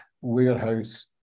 warehouse